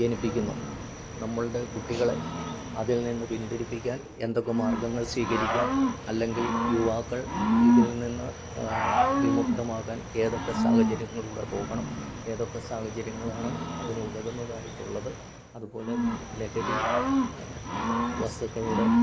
ജനിപ്പിക്കുന്നു നമ്മളുടെ കുട്ടികളെ അതിൽ നിന്ന് പിൻതിരിപ്പിക്കാൻ എന്തൊക്കെ മാർഗ്ഗങ്ങൾ സ്വീകരിക്കാം അല്ലെങ്കിൽ യുവാക്കൾ ഇതിൽ നിന്ന് വിമുക്തമാകാൻ ഏതൊക്കെ സാഹചര്യങ്ങളിലൂടെ പോകണം ഏതൊക്കെ സാഹചര്യങ്ങളാണ് അതിന് ഉതകുന്നതായിട്ട് ഉള്ളത് അതുപോലെ തന്നെ ലഹരി വസ്തുക്കളുടെ